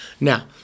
Now